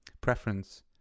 preference